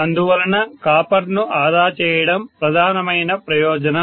అందువలన కాపర్ ను ఆదా చేయడం ప్రధానమైన ప్రయోజనం